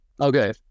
Okay